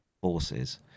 forces